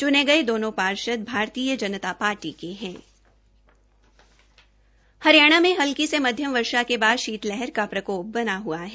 च्ने गये दोनों पार्षद भारतीय जनता पार्टी के है हरियाणा में हल्ीक से मध्यम वर्षा के बाद शीत लहर का प्रकोप बना ह्आ है